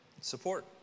Support